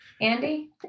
Andy